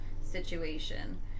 situation